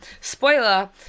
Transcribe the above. Spoiler